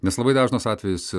nes labai dažnas atvejis